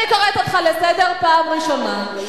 אני קוראת אותך לסדר פעם ראשונה.